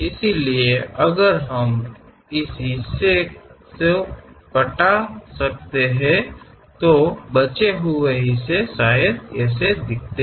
इसलिए अगर हम इस हिस्से को हटा सकते हैं तो बचे हुए हिस्से शायद ऐसा ही लगता है